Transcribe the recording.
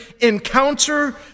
encounter